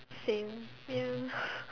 same feel